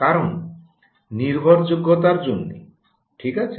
কারণ নির্ভরযোগ্যতা জন্য ঠিক আছে